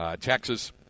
Texas